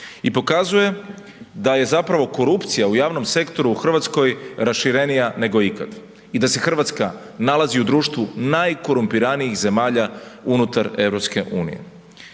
i pokazuje da je korupcija u javnom sektoru u Hrvatskoj raširenija nego ikad i da se Hrvatska nalazi u društvu najkorumpiranijih zemalja unutar EU.